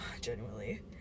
genuinely